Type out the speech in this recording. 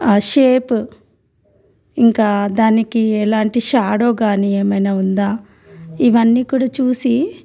shape ఇంకా దానికి ఎలాంటి షాడో కానీ ఏమైనా ఉందా ఇవన్నీ కూడా చూసి